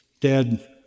dead